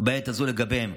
בעת הזו לגביהם.